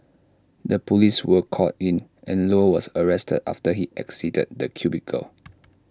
the Police were called in and low was arrested after he exited the cubicle